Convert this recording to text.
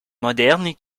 moderne